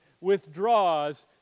withdraws